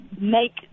make